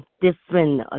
different